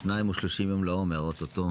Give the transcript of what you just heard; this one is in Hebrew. שניים ושלושים במלואו אוטוטו,